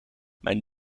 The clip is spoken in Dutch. mijn